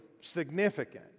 significant